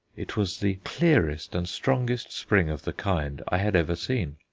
it was the clearest and strongest spring of the kind i had ever seen,